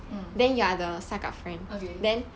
mm okay